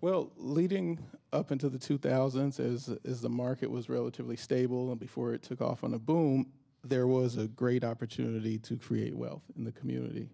well leading up into the two thousand says is the market was relatively stable and before it took off on a boom there was a great opportunity to create wealth in the community